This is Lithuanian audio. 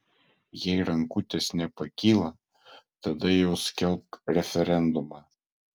jei rankutės nepakyla tada jau skelbk referendumą